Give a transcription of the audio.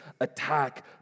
attack